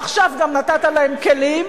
עכשיו גם נתת להם כלים.